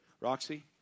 Roxy